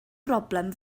broblem